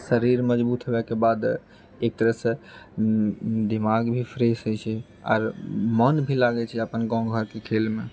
शरीर मजबूत होबैके बाद एक तरहसँ दिमाग भी फ्रेश होइत छै आओर मन भी लागैत छै अपन गाँव घरके खेलमे